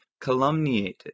calumniated